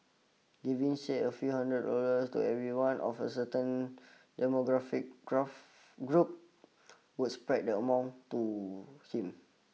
giving say a few hundred dollars to everyone of a certain demographic graph group would spread the amounts too him